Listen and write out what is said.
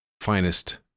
finest